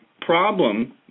problem